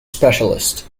specialist